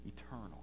Eternal